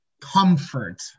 comfort